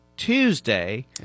Tuesday